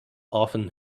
often